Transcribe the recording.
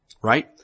right